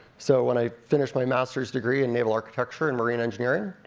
so when i finished my master's degree in naval architecture and marine engineering,